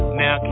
now